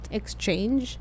exchange